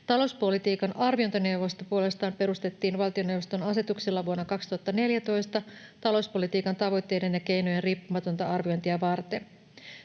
Talouspolitiikan arviointineuvosto puolestaan perustettiin valtioneuvoston asetuksella vuonna 2014 talouspolitiikan tavoitteiden ja keinojen riippumatonta arviointia varten.